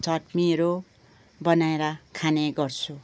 चट्नीहरू बनाएर खाने गर्छु